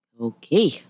Okay